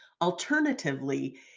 Alternatively